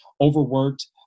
overworked